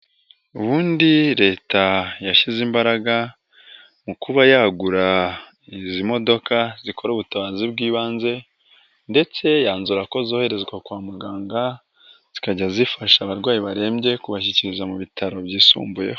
Ubundi Leta yashyize imbaraga mu kuba yagura izi modoka zikora ubutabazi bw'ibanze ndetse yanzura ko zoherezwa kwa muganga, zikajya zifasha abarwayi barembye kubashyikiriza mu bitaro byisumbuyeho.